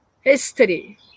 history